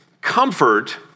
comfort